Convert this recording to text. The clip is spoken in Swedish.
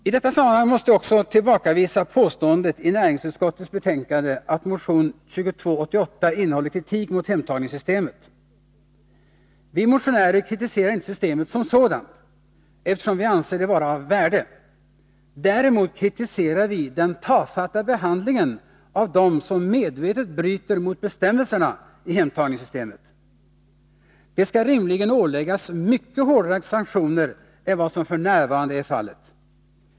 I det här sammanhanget måste jag också tillbakavisa påståendet i näringsutskottets betänkande att motion 2288 innehåller kritik mot hemtagningssystemet. Vi motionärer kritiserar inte systemet som sådant, eftersom vi anser det vara av värde. Däremot kritiserar vi den tafatta behandlingen av dem som medvetet bryter mot bestämmelserna i hemtagningssystemet. De skall rimligen åläggas mycket hårdare sanktioner än vad som f. n. är fallet.